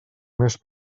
més